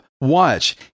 Watch